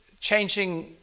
changing